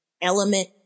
element